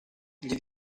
gli